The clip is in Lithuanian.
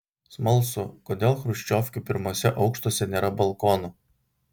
smalsu kodėl chruščiovkių pirmuose aukštuose nėra balkonų